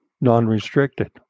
non-restricted